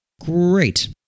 Great